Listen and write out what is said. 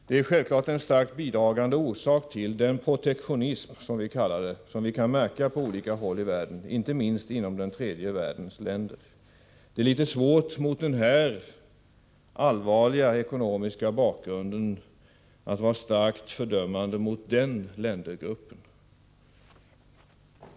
Det är självfallet en starkt bidragande orsak till den protektionism, som vi kallar det, som vi kan märka på olika håll i världen, inte minst inom den tredje världens länder. Det är litet svårt mot den här allvarliga ekonomiska bakgrunden att vara starkt fördömande mot den ländergruppen.